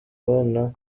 abona